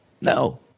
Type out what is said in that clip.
No